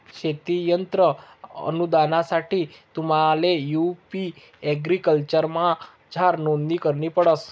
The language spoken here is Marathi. शेती यंत्र अनुदानसाठे तुम्हले यु.पी एग्रीकल्चरमझार नोंदणी करणी पडस